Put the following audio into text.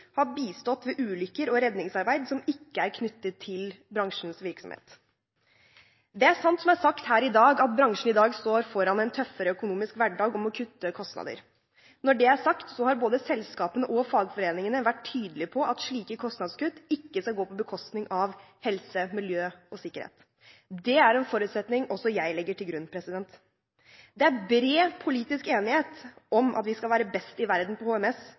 har bistått ved ulykker og redningsarbeid som ikke er knyttet til bransjens virksomhet. Det er sant som det er sagt her i dag, at bransjen i dag står foran en tøffere økonomisk hverdag og må kutte kostnader. Når det er sagt, har både selskapene og fagforeningene vært tydelige på at slike kostnadskutt ikke skal gå på bekostning av helse, miljø og sikkerhet. Det er en forutsetning også jeg legger til grunn. Det er bred politisk enighet om at vi skal være best i verden på HMS